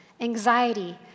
anxiety